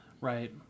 Right